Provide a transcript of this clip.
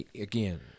again